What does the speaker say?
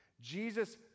Jesus